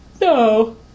no